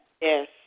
Yes